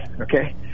okay